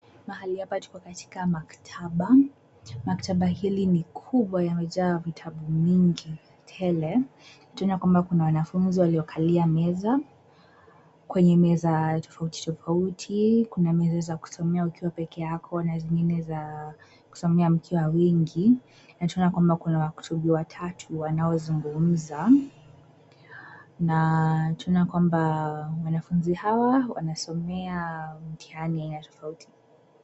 Mahali hapa tuko katika maktaba, maktaba hili ni kubwa yamejaa vitabu mingi, tele, tunaona kwamba kuna wanafunzi waliokalia meza, kwenye meza tofauti tofauti, kuna meza za kusomea ukiwa peke yako na zingine za, kusomea mkiwa wengi, na tunaona kwamba kuna wakutubu watatu wanaozungumza, na tunaona kwamba, wanafunzi hawa wanasomea mtihani ya tofauti.